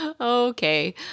okay